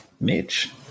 Mitch